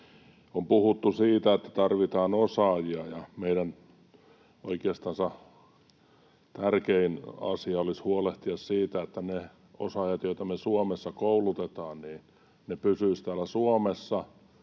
On puhuttu siitä, että tarvitaan osaajia, ja meidän oikeastansa tärkein asia olisi huolehtia siitä, että ne osaajat, joita me Suomessa koulutetaan, pysyisivät täällä Suomessa,